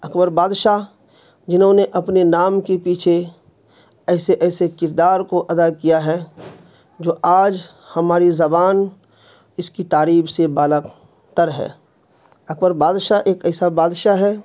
اکبر بادشاہ جنہوں نے اپنے نام کے پیچھے ایسے ایسے کردار کو ادا کیا ہے جو آج ہماری زبان اس کی تعریف سے بالاتر ہے اکبر بادشاہ ایک ایسا بادشاہ ہے